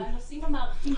והנושאים המערכתיים,